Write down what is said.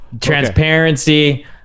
Transparency